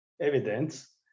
evidence